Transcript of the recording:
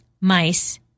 mice